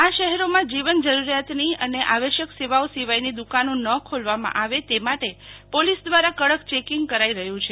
આ શહેરોમાં જીવન જરુરિયાતની અને આવશ્યક સેવાઓ સીવાયની દુકાનો ન ખોલવામાં આવે તે માટે પોલીસ દ્વારા કડક ચેકીંગ કરાઈ રહ્યું છે